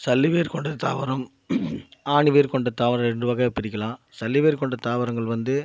சல்லிவேர் கொண்ட தாவரம் ஆணிவேர்க்கொண்ட தாவரம் இரண்டு வகையாக பிரிக்கலாம் சல்லிவேர்க்கொண்ட தாவரங்கள் வந்து